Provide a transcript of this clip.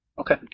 Okay